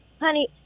Honey